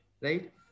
right